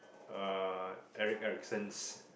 ah Eric Erickson